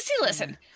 listen